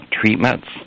treatments